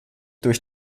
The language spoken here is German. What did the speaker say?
durch